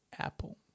Apple